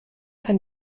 kann